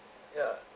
yeah